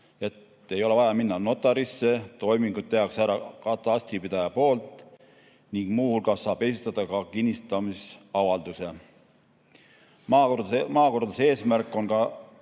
et ei ole vaja minna notarisse, toiminguid teeb ära katastripidaja ning muu hulgas saab esitada kinnistamisavalduse. Maakorralduse eesmärk on ka